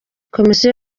komisiyo